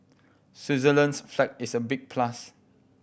Switzerland's flag is a big plus